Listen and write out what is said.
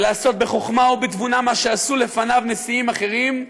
ולעשות בחוכמה ובתבונה מה שעשו לפניו נשיאים אחרים,